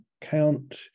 count